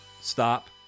stop